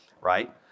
right